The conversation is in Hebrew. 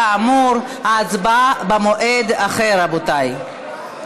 כאמור, ההצבעה במועד אחר, רבותיי.